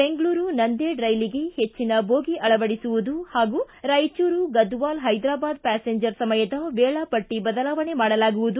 ಬೆಂಗಳೂರು ನಂದೇಡ್ ರೈಲಿಗೆ ಹೆಚ್ಚಿನ ಬೋಗಿ ಅಳವಡಿಸುವುದು ಪಾಗೂ ರಾಯಚೂರು ಗದ್ವಾಲ್ ಹೈದ್ರಾಬಾದ್ ಪ್ಯಾಸೆಂಜರ್ ಸಮಯದ ವೇಳಾ ಪಟ್ಟಿ ಬದಲಾವಣೆ ಮಾಡಲಾಗುವುದು